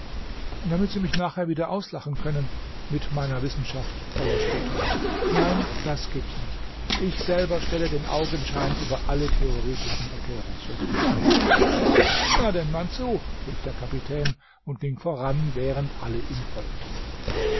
damit sie mich nachher wieder auslachen können mit meiner wissenschaft oller spötter nee das gibt's nicht ich selber stelle den augenschein über alle theoretischen erklärungsversuche na denn man zu rief der kapitän und ging voran während alle ihm folgten